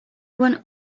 one